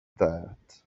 that